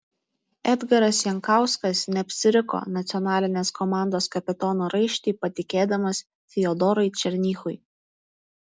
edgaras jankauskas neapsiriko nacionalinės komandos kapitono raištį patikėdamas fiodorui černychui